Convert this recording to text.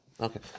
Okay